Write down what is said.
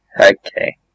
Okay